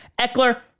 Eckler